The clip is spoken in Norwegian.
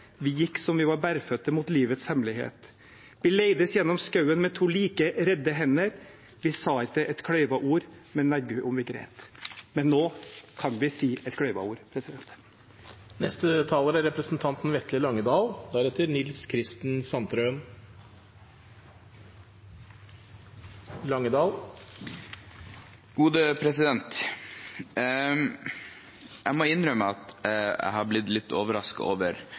«Så gikk je sakte hemover, hæin nådde meg på vegen. Vi gikk som vi var børrføtte mot livets hemlighet. Vi leides gjønnom skauen med to like redde hender. Vi sa itte et kløyva ord, men neiggu om vi gret.» Men nå kan vi si et kløyva ord. Jeg må innrømme at jeg er blitt litt overrasket over